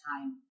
time